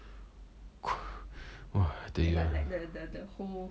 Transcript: !wah! they are